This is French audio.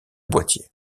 boîtier